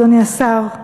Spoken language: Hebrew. אדוני השר,